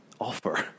offer